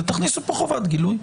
אז פה חובת גילוי.